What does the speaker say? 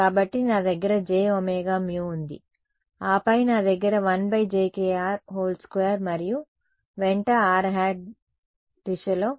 కాబట్టి నా దగ్గర jωμ ఉంది ఆపై నా దగ్గర 12 మరియు వెంట rˆ దిశలో cos θని కలిగి ఉన్నాను